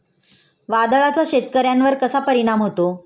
वादळाचा शेतकऱ्यांवर कसा परिणाम होतो?